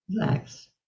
Relax